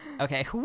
Okay